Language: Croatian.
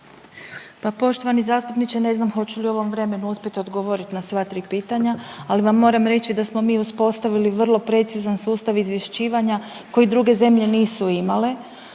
Pa poštovani zastupniče ne znam hoću li u ovom vremenu uspjet odgovorit na sva tri pitanja, ali vam moram reći da smo mi uspostavili vrlo precizan sustav izvješćivanja koji druge zemlje nisu imale